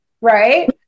right